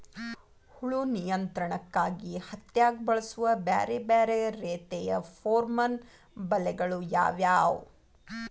ಹುಳು ನಿಯಂತ್ರಣಕ್ಕಾಗಿ ಹತ್ತ್ಯಾಗ್ ಬಳಸುವ ಬ್ಯಾರೆ ಬ್ಯಾರೆ ರೇತಿಯ ಪೋರ್ಮನ್ ಬಲೆಗಳು ಯಾವ್ಯಾವ್?